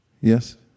Yes